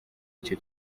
icyo